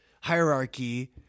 hierarchy